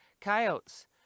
Coyotes